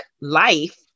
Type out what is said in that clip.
life